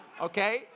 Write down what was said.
okay